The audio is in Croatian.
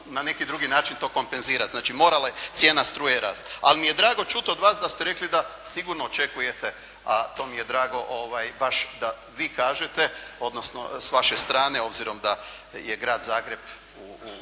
na neki drugi način to kompenzirati, znači morala je cijena struje rasti. Ali mi je drago čuti od vas da ste rekli da sigurno očekujete, a to mi je drago baš da vi kažete, odnosno s vaše strane obzirom da je Grad Zagreb na